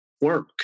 work